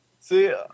See